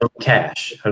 cash